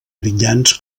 brillants